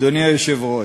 אדוני היושב-ראש,